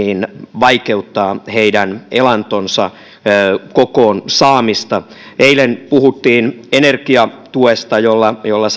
vaikeuttavat heidän elantonsa kokoon saamista eilen puhuttiin energiatuesta jolla jolla